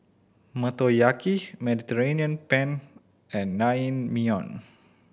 Motoyaki Mediterranean Penne and Naengmyeon